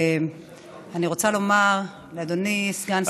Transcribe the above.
ואני רוצה לומר לאדוני סגן שר הבריאות,